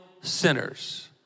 sinners